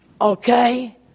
Okay